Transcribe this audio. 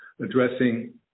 addressing